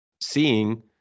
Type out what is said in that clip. seeing